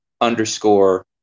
underscore